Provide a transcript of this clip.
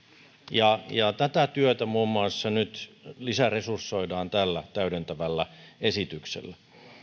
ja ja tätä työtä muun muassa nyt lisäresursoidaan tällä täydentävällä esityksellä